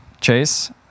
Chase